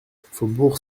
faubourg